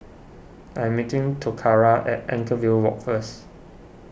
I am meeting Toccara at Anchorvale Walk first